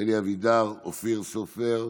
אלי אבידר, אופיר סופר,